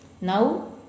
now